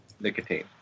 Nicotine